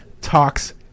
talks